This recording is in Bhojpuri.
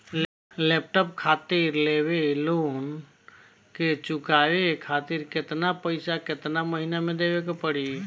लैपटाप खातिर लेवल लोन के चुकावे खातिर केतना पैसा केतना महिना मे देवे के पड़ी?